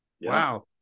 Wow